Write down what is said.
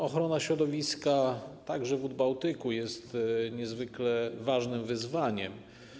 Ochrona środowiska, także wód Bałtyku, jest niezwykle ważnym wyzwaniem.